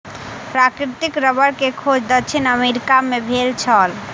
प्राकृतिक रबड़ के खोज दक्षिण अमेरिका मे भेल छल